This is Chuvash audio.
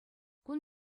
кун